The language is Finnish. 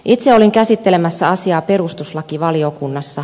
itse olin käsittelemässä asiaa perustuslakivaliokunnassa